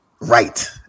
right